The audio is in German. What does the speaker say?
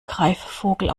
greifvogel